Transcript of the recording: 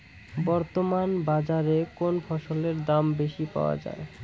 বর্তমান বাজারে কোন ফসলের দাম বেশি পাওয়া য়ায়?